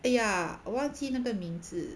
!aiya! 我忘记那个名字